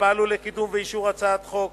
שפעלו לקידומה ולאישורה של הצעת החוק.